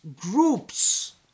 groups